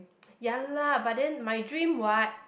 ya lah but then my dream what